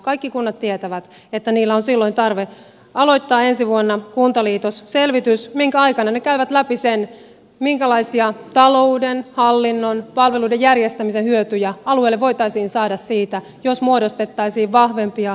kaikki kunnat tietävät että niillä on silloin tarve aloittaa ensi vuonna kuntaliitosselvitys minkä aikana ne käyvät läpi sen minkälaisia talouden hallinnon palveluiden järjestämisen hyötyjä alueelle voitaisiin saada siitä jos muodostettaisiin vahvempi ja elinvoimainen kunta